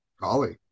Golly